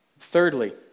Thirdly